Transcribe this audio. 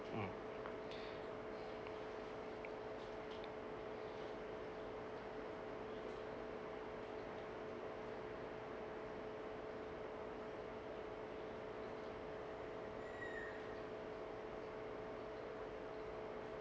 mm